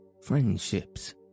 friendships